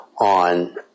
on